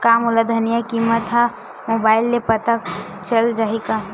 का मोला धनिया किमत ह मुबाइल से पता चल जाही का?